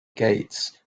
gates